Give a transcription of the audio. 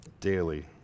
daily